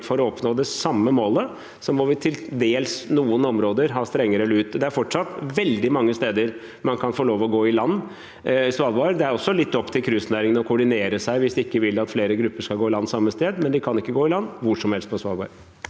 for å oppnå det samme målet må vi til dels i noen områder bruke sterkere lut. Det er fortsatt veldig mange steder man kan få lov til å gå i land på Svalbard. Det er også litt opp til cruisenæringen å koordinere seg hvis den ikke vil at flere grupper skal gå i land samme sted, men de kan ikke gå i land hvor som helst på Svalbard.